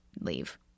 leave